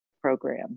program